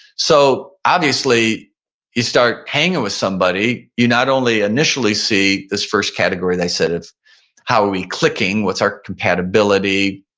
so obviously you start hanging with somebody, you not only initially see this first category they said it's how are we clicking? what's our compatibility?